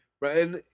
Right